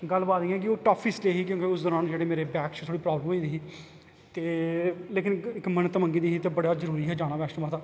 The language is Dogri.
गल्लबात इ'यां कि ओह् टफैस्ट ही क्योंकि उस दरान जेह्ड़े मेरे पैर च थोह्ड़ी प्राब्लम होई गेदी ही ते लेकिन इक मन्नत मंगी दी ही ते बड़ा जरूरी हा जाना बैष्णो माता